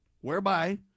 whereby